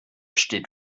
steht